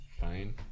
fine